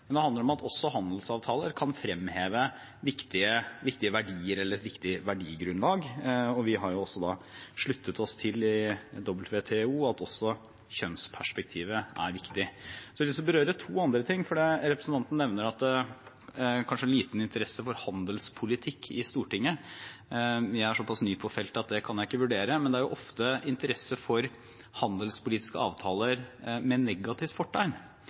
Men det handler om at også handelsavtaler kan fremheve viktige verdier eller et viktig verdigrunnlag. Og vi har sluttet oss til WTO, og at også kjønnsperspektivet er viktig. Så har jeg lyst til å berøre to andre ting, fordi representanten nevner at det kanskje er liten interesse for handelspolitikk i Stortinget. Jeg er så pass ny på feltet at det kan jeg ikke vurdere. Men det er ofte interesse for handelspolitiske avtaler med negativt fortegn